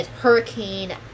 Hurricane